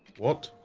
what